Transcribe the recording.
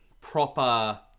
proper